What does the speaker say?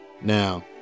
now